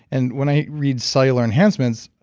and when i read cellular enhancements,